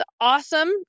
Awesome